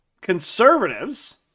conservatives